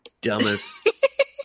dumbest